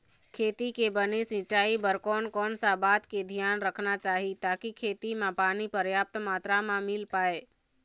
खेती के बने सिचाई बर कोन कौन सा बात के धियान रखना चाही ताकि खेती मा पानी पर्याप्त मात्रा मा मिल पाए?